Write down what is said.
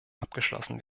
abgeschlossen